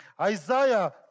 Isaiah